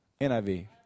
NIV